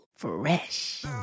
fresh